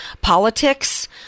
politics